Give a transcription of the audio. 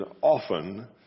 often